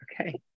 Okay